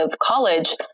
college